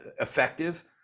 effective